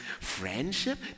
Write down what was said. friendship